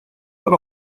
but